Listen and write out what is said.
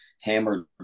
hammered